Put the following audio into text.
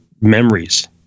memories